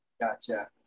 Gotcha